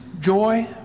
joy